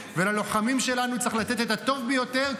וללוחמים שלנו צריך לתת את הטוב ביותר,